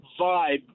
vibe